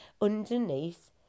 underneath